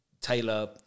Taylor